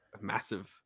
massive